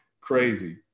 crazy